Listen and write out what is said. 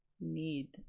need